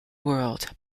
world